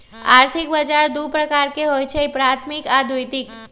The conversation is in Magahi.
आर्थिक बजार दू प्रकार के होइ छइ प्राथमिक आऽ द्वितीयक